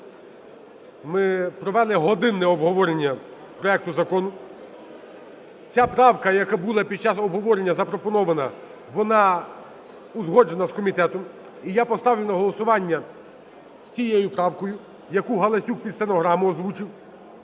Ми провели годинне обговорення проекту закону, ця правка, яка була під час обговорення запропонована, вона узгоджена з комітетом. І я поставлю на голосування з цією правкою, яку Галасюк під стенограму озвучив